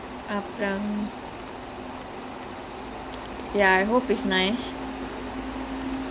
I think Soorarai Pottru potru actually be nice I'm I'm I'm looking forward to it ya